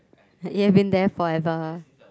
you've been there forever